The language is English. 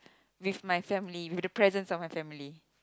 with my family with the presence of my family